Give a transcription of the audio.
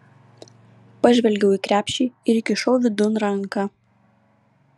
pažvelgiau į krepšį ir įkišau vidun ranką